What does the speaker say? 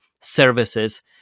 services